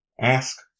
ask